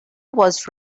was